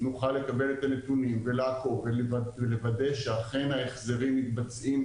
נוכל לקבל את הנתונים ולעקוב ולוודא שאכן ההחזרים מתבצעים